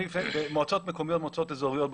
במועצות מקומיות ובמועצות אזוריות,